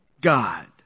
God